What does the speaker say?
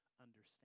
understand